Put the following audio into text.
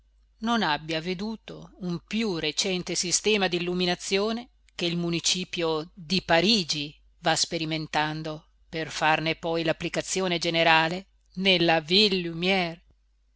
non abbia veduto un piú recente sistema d'illuminazione che il municipio di parigi va sperimentando per farne poi l'applicazione generale nella ville lumière